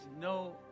no